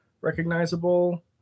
recognizable